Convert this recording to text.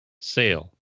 Sale